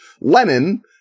Lenin